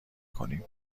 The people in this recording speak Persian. کنیم